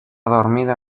dormido